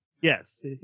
Yes